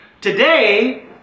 Today